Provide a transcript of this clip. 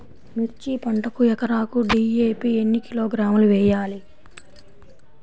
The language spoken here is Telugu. మిర్చి పంటకు ఎకరాకు డీ.ఏ.పీ ఎన్ని కిలోగ్రాములు వేయాలి?